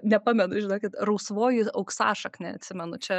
nepamenu žinokit rausvoji auksašaknė atsimenu čia